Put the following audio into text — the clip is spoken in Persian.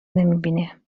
نمیبینه